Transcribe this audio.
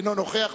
אינו נוכח,